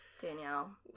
Danielle